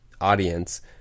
audience